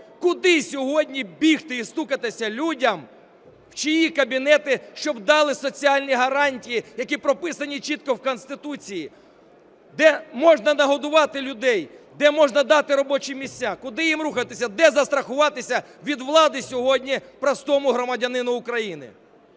Куди сьогодні бігти і стукатися людям, в чиї кабінети, щоб дали соціальні гарантії, які прописані чітко в Конституції? Де можна нагодувати людей? Де можна дати робочі місця? Куди їм рухатися? Де застрахуватися від влади сьогодні простому громадянину України?